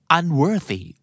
unworthy